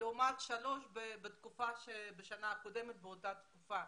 לעומת 3 בתקופה המקבילה אשתקד.